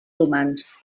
humans